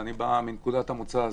ואני בא מנקודת המוצא הזאת.